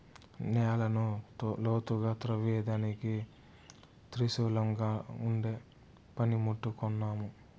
నేలను లోతుగా త్రవ్వేదానికి త్రిశూలంలాగుండే పని ముట్టు కొన్నాను